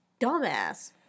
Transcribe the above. dumbass